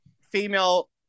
female